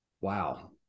Wow